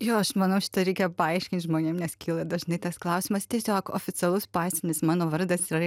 jo aš manau šitą reikia paaiškint žmonėm nes kyla dažnai tas klausimas tiesiog oficialus pasinis mano vardas yra